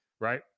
right